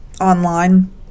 online